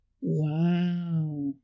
wow